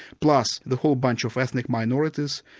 plus the whole bunch of ethnic minorities.